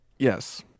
Yes